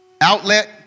outlet